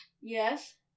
yes